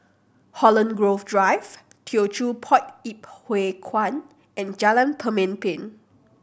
Holland Grove Drive Teochew Poit Ip Huay Kuan and Jalan Pemimpin